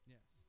Yes